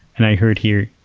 and i heard here